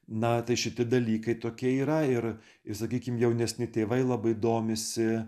na tai šiti dalykai tokie yra ir ir sakykim jaunesni tėvai labai domisi